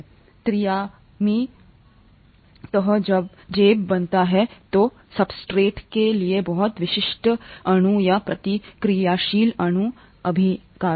त्रि आयामी तह जेब बनाता है जो सब्सट्रेट के लिए बहुत विशिष्ट हैं अणु या प्रतिक्रियाशील अणु अभिकारक